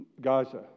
Gaza